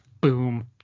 Boom